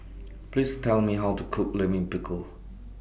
Please Tell Me How to Cook Lime Pickle